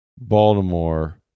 Baltimore